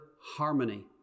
harmony